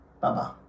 Bye-bye